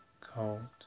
cold